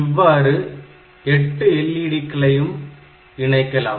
இவ்வாறு 8 எல்இடிக்களையும் இணைக்கலாம்